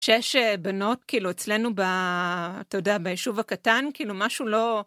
שש בנות כאילו אצלנו ב... אתה יודע ביישוב הקטן כאילו משהו לא.